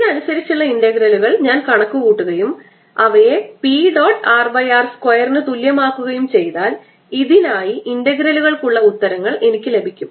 ഇതിനനുസരിച്ചുള്ള ഇന്റഗ്രലുകൾ ഞാൻ കണക്കുകൂട്ടുകയും അവയെ P ഡോട്ട് rr സ്ക്വയറിന് തുല്യമാക്കുകയും ചെയ്താൽ ഇതിനായി ഇന്റഗ്രലുകൾക്കുള്ള ഉത്തരങ്ങൾ എനിക്ക് ലഭിക്കും